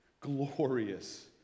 glorious